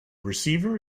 receiver